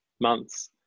months